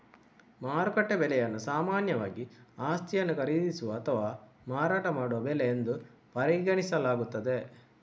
ಮಾರುಕಟ್ಟೆ ಬೆಲೆಯನ್ನು ಸಾಮಾನ್ಯವಾಗಿ ಆಸ್ತಿಯನ್ನು ಖರೀದಿಸುವ ಅಥವಾ ಮಾರಾಟ ಮಾಡುವ ಬೆಲೆ ಎಂದು ಪರಿಗಣಿಸಲಾಗುತ್ತದೆ